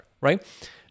right